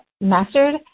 mastered